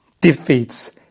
defeats